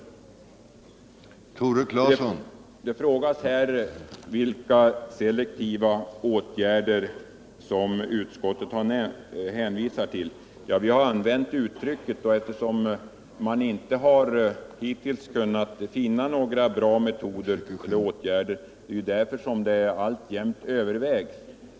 Det frågas här vilka selektiva åtgärder utskottet hänvisar till. Eftersom man hittills inte har kunnat finna några bra metoder övervägs frågan alltjämt.